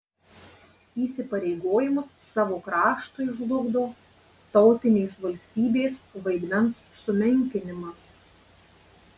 įsipareigojimus savo kraštui žlugdo tautinės valstybės vaidmens sumenkinimas